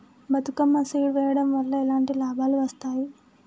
Bathukamma seed వెయ్యడం వల్ల ఎలాంటి లాభాలు వస్తాయి?